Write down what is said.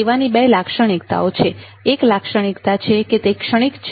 સેવાની બે લાક્ષણિકતાઓ છે એક લાક્ષણિકતા છે કે તે ક્ષણિક છે